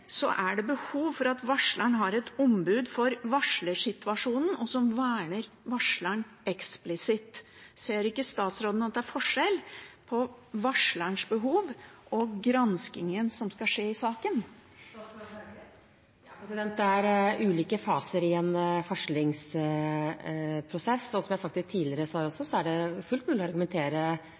er det behov for at varsleren har et ombud for varslersituasjonen, og som verner varsleren eksplisitt. Ser ikke statsråden at det er forskjell på varslerens behov og på granskningen som skal skje i saken? Det er ulike faser i en varslingsprosess, og som jeg også har sagt tidligere, er det fullt mulig å argumentere